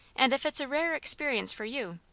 and if it's a rare experience for you,